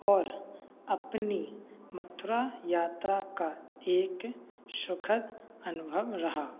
और अपनी मथुरा यात्रा का एक सुखद अनुभव रहा